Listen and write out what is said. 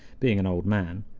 being an old man.